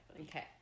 Okay